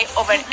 over